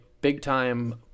big-time